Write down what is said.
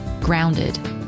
grounded